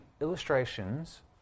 illustrations